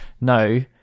no